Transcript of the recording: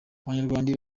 abanyarwanda